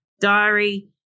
diary